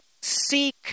seek